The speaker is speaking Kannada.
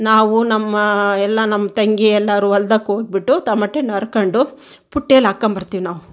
ನಾವು ನಮ್ಮ ಎಲ್ಲ ನಮ್ಮ ತಂಗಿ ಎಲ್ಲರೂ ಹೊಲ್ದಕ್ ಹೋಗ್ಬಿಟ್ಟು ತಮಟೆ ಹಣ್ಣು ಹರ್ಕೊಂಡು ಪುಟ್ಟಿಯಲ್ಲಿ ಹಾಕೊಂಬರ್ತಿವ್ ನಾವು